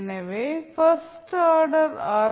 எனவே first order R